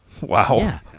Wow